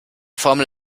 formel